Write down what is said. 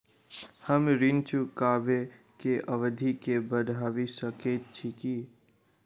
हम ऋण चुकाबै केँ अवधि केँ बढ़ाबी सकैत छी की?